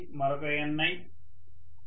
ఇది మరొక Ni